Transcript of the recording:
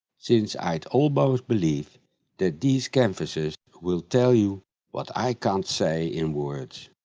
since i'd almost believe that these canvases will tell you what i can't say in words,